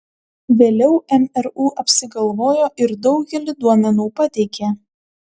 vėliau mru apsigalvojo ir daugelį duomenų pateikė